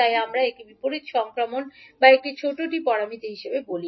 তাই আমরা একে বিপরীত সংক্রমণ বা একটি ছোট T প্যারামিটার হিসাবে বলি